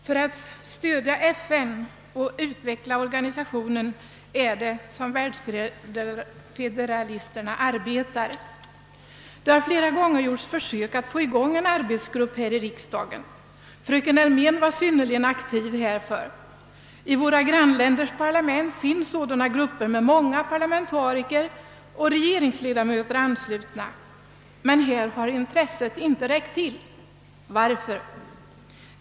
Världsfederalisterna arbetar just för att stödja och utveckla FN. Det har flera gånger gjorts försök att få i gång en arbetsgrupp inom Väldsfederationen i den svenska riksdagen. Fröken Elmén var synnerligen aktiv på området. I våra grannländers parlament finns sådana grupper med många parlamentariker och regeringsledamöter ananslutna. Men här har intresset inte räckt till. Varför?